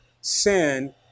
sin